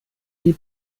wie